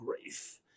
grief